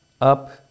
up